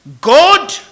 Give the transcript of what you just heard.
God